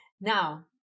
Now